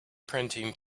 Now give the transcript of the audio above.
printing